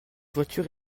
voiture